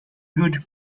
good